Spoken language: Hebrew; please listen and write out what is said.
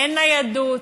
אין ניידות.